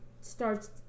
starts